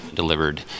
delivered